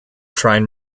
train